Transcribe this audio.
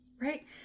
Right